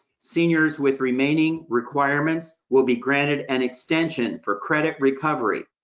seniors with remaining requirements will be granted an extension for credit recovery.